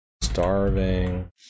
starving